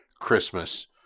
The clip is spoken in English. Christmas